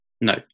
No